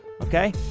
okay